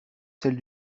celle